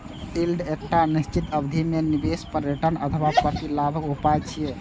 yield एकटा निश्चित अवधि मे निवेश पर रिटर्न अथवा प्रतिलाभक उपाय छियै